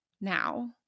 now